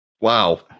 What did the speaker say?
Wow